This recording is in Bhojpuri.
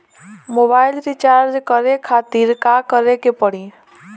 मोबाइल रीचार्ज करे खातिर का करे के पड़ी?